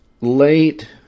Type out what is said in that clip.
late